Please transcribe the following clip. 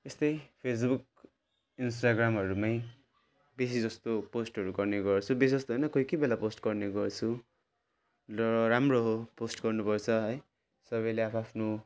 यस्तै फेसबुक इन्टाग्रामहरूमै बेसी जस्तो पोस्टहरू गर्ने गर्छु बेसी जस्तो होइन कोही कोही बेला पोस्ट गर्ने गर्छु र राम्रो हो पोस्ट गर्नपर्छ है सबैले आफ्आफ्नो